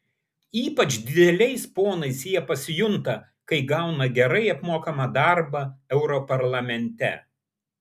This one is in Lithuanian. ypač dideliais ponais jie pasijunta kai gauna gerai apmokamą darbą europarlamente